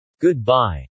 Goodbye